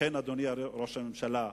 לכן, אדוני ראש הממשלה,